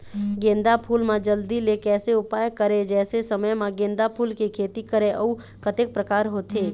गेंदा फूल मा जल्दी के कैसे उपाय करें कैसे समय मा गेंदा फूल के खेती करें अउ कतेक प्रकार होथे?